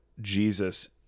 Jesus